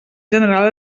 general